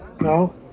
No